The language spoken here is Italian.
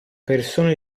persone